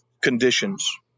conditions